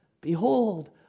Behold